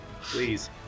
Please